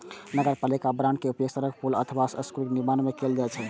नगरपालिका बांड के उपयोग सड़क, पुल अथवा स्कूलक निर्माण मे कैल जाइ छै